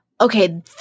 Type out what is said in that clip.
Okay